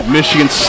Michigan